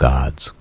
God's